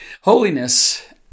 Holiness